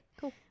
Cool